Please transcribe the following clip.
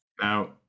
Now